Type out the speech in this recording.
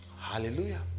Hallelujah